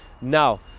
now